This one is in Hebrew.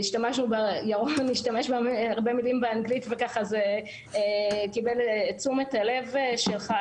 ירון השתמש בהרבה מילים באנגלית וככה זה קיבל את תשומת הלב שלך,